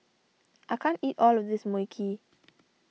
I can't eat all of this Mui Kee